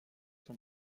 sont